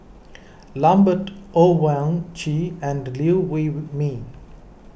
Lambert Owyang Chi and Liew Wee Mee